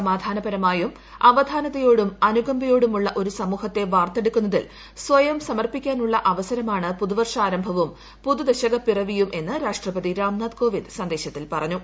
സമാധാനപരമായും അവധാനതയോടും അനുകമ്പയോടും ഉള്ള ഒരു സമൂഹത്തെ വാർത്തെടുക്കുന്നതിൽ സ്വയം സമർപ്പിക്കാനുള്ള അവസരമാണ് പുതുവർഷ ആരംഭവും പുതുദശക പിറവിയും എന്ന് രാഷ്ട്രപതി രാംനാഥ് കോവിന്ദ് സന്ദേശത്തിൽ പറഞ്ഞു